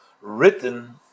written